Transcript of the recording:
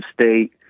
state